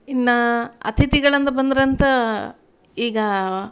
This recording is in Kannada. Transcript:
ಇನ್ನ ಅತಿಥಿಗಳಂತ ಬಂದ್ರಂತ ಈಗ